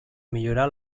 millorar